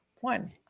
one